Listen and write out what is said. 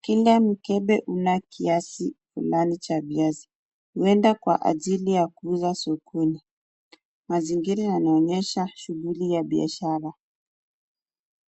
Kila mkebe una kiasi fulani cha viazi huenda kwa ajili ya kuuza sokoni. Mazingira yanaonyesha shughuli ya biashara.